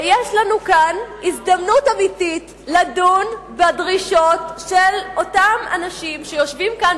ויש לנו כאן הזדמנות אמיתית לדון בדרישות של אותם אנשים שיושבים כאן,